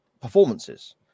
performances